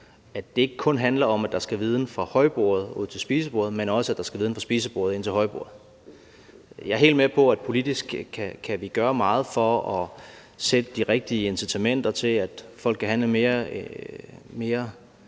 at det ikke kun handler om, at der skal viden fra højbordet ud til spisebordet, men også, at der skal viden fra spisebordet ind til højbordet. Jeg er helt med på, at vi politisk kan gøre meget for at skabe de rigtige incitamenter til, at folk kan handle mere